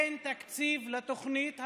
אין תקציב לתוכנית הזאת.